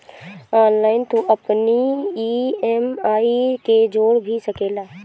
online तू अपनी EMI के जोड़ भी सकेला